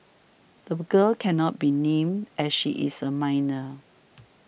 the girl cannot be named as she is a minor